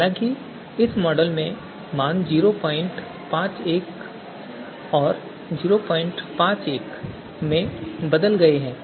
हालाँकि इस मॉडल में मान 05181 और 05146 में बदल गए हैं